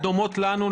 שדומות לנו,